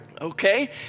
Okay